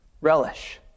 relish